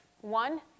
One